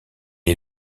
est